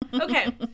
okay